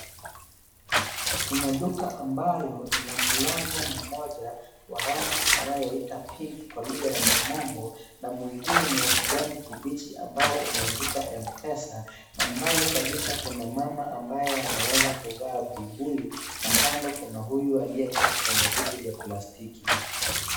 Kuna duka ambayo ina mlango moja Kwa rangi tunayoita (CS)pink(CS )Kwa lugha ya kimombo na mwingine ni wa kijani kibichi ambao umeandikwa MPESA na mbali kabisaa kuna mama ambaye ameweza kuvaa buibui na kando kuna huyu aliyeketi kwenye kiti vya plastiki.